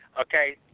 Okay